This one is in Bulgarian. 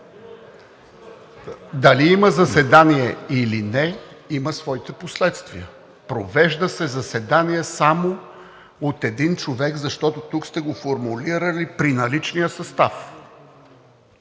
Дали има заседание или не, има своите последствия. Провежда се заседание само с един човек, защото така сте го формулирали – при наличния състав.